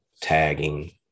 tagging